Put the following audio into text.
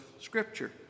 scripture